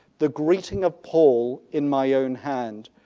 the greeting of paul in my own hand,